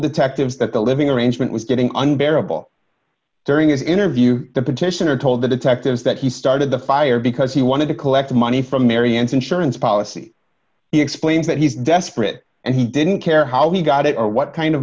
detectives that the living arrangement was getting unbearable during his interview the petitioner told the detectives that he started the fire because he wanted to collect money from marianne's insurance policy he explains that he's desperate and he didn't care how he got it or what kind of